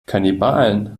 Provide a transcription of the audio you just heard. kannibalen